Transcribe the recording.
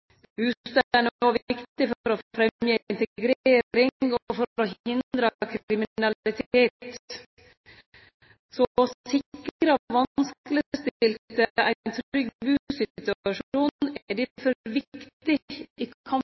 helse. Bustaden er òg viktig for å fremje integrering og for å hindre kriminalitet. Å sikre vanskelegstilte ein trygg busituasjon er difor viktig i kampen